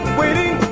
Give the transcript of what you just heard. waiting